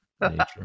nature